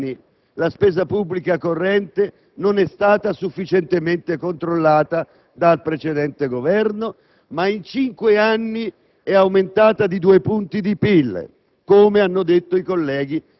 - che in cinque anni la spesa pubblica corrente non è stata sufficientemente controllata dal precedente Governo. In cinque anni, però, essa è aumentata di due punti di PIL,